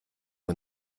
wir